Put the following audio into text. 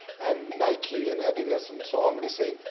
and nike and adidas and so on were saying,